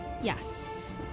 Yes